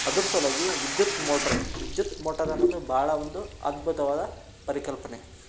ಅದರ ಸಲುವಾಗಿ ವಿದ್ಯುತ್ ಮೋಟ್ರ್ ವಿದ್ಯುತ್ ಮೋಟರ್ ಅನ್ನೊದು ಭಾಳ ಒಂದು ಅದ್ಭುತವಾದ ಪರಿಕಲ್ಪನೆ